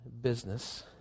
business